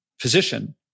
position